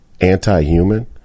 anti-human